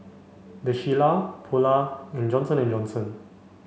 The Shilla Polar and Johnson and Johnson